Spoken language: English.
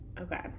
okay